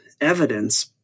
evidence